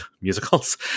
musicals